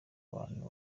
bantu